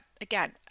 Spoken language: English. Again